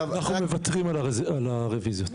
אנחנו מוותרים על הרוויזיות.